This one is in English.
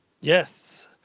Yes